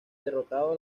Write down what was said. derrotado